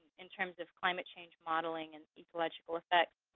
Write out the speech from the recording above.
in terms of climate change modeling, and ecological effects,